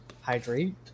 hydrate